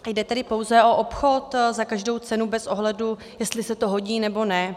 Jde tedy pouze o obchod za každou cenu bez ohledu, jestli se to hodí, nebo ne?